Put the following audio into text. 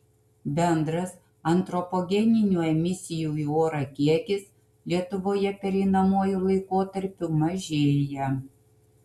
bendras antropogeninių emisijų į orą kiekis lietuvoje pereinamuoju laikotarpiu mažėja